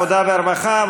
עבודה ורווחה,